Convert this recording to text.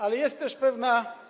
Ale jest też pewna.